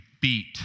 beat